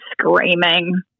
screaming